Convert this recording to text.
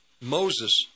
Moses